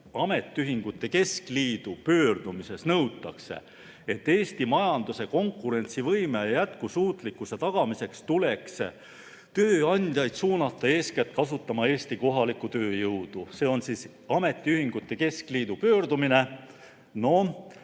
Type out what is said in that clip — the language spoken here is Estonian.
ametiühingute keskliidu pöördumises nõutakse, et Eesti majanduse konkurentsivõime ja jätkusuutlikkuse tagamiseks tuleks tööandjaid suunata eeskätt kasutama Eesti kohalikku tööjõudu. See on ametiühingute keskliidu pöördumine. Mina